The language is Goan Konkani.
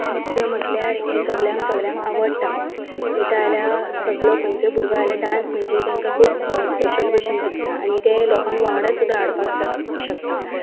नृत्य म्हणल्यार हें सगल्यांक सगल्यांक आवडटा पयताल्यार सगळो खंयचोय भुरगो आसल्यार डांस म्हणजे तांकां खूब स्पेशल भशेन दिसता आनी ते लोकांक वांगडा सुद्दां हाडपाक श शकता